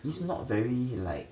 it's not very like